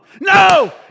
No